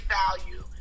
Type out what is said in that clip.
value